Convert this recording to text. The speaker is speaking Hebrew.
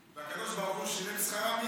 והקדוש ברוך הוא שילם שכרה מייד.